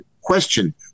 question